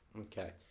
Okay